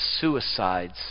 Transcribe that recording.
suicides